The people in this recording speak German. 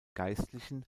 geistlichen